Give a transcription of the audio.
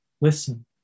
Listen